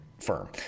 firm